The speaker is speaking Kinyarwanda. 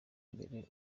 imbere